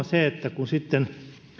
se että